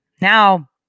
Now